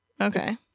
Okay